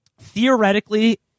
Theoretically